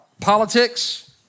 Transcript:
politics